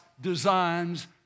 designs